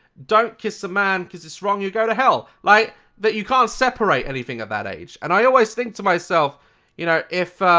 don't kiss a man because it's wrong you go to hell! like, that you can't separate anything at that age. and i always think to myself you know if.